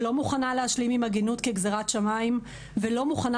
שלא מוכנה להשלים עם עגינות כגזירת שמיים ולא מוכנה